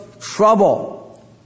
trouble